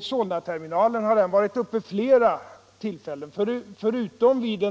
Solnaterminalen har varit uppe till behandling vid flera tillfällen; förutom vid